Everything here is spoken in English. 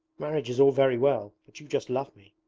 marriage is all very well, but you just love me